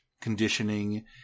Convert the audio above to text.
conditioning